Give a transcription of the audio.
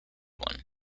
one